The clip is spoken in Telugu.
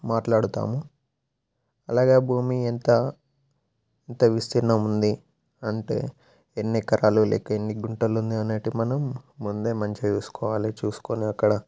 మాట్లాడుతాము అలాగే భూమి ఎంత ఎంత విస్తీర్ణముంది అంటే ఎన్ని ఎకరాలు లేక ఎన్ని గుంటలుంది అనేటివి మనం ముందే మంచిగా చూసుకోవాలి చూసుకొని అక్కడ